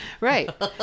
Right